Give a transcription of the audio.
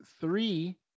three